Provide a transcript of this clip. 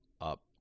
up